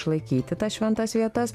išlaikyti tas šventas vietas